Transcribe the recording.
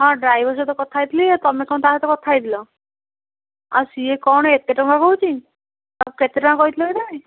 ହଁ ଡ୍ରାଇଭର୍ ସହିତ କଥାହେଇଥିଲି ଯେ ତମେ କଣ ତା ସହିତ କଥା ହେଇଥିଲ ଆ ସିଏ କଣ ଏତେ ଟଙ୍କା କହୁଛି କେତେ ଟଙ୍କା କହିଥିଲ କି ତମେ